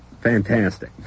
Fantastic